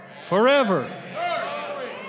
forever